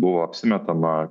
buvo apsimetama